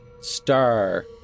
Star